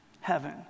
heaven